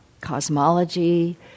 cosmology